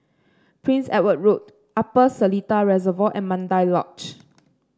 Prince Edward Road Upper Seletar Reservoir and Mandai Lodge